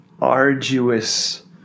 arduous